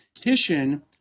titian